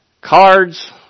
cards